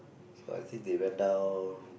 so I think they went down